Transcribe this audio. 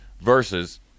versus